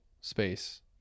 space